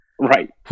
Right